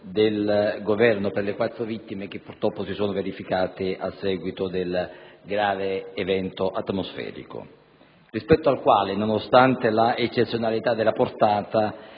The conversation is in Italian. del Governo per le quattro vittime che purtroppo si sono verificate a seguito del grave evento atmosferico. Rispetto ad esso, nonostante la eccezionalità della portata,